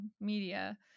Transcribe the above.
media